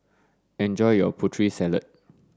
enjoy your Putri Salad